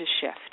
shift